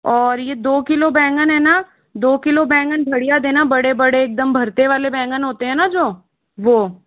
और यह दो किलो बैंगन है न दो किलो बैंगन बढ़िया देना बड़े बड़े एकदम भर्ते वाले होते है न जो वह